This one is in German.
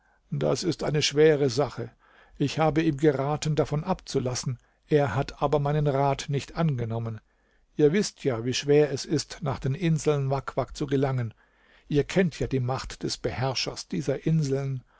das ist eine schwere sache ich habe ihm geraten davon abzulassen er hat aber meinen rat nicht angenommen ihr wißt ja wie schwer es ist nach den inseln wak wak zu gelangen ihr kennt ja die macht des beherrschers dieser inseln